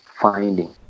finding